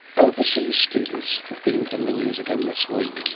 overseas students have been in the news again this week.